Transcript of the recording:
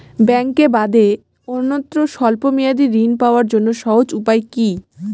ব্যাঙ্কে বাদে অন্যত্র স্বল্প মেয়াদি ঋণ পাওয়ার জন্য সহজ উপায় কি?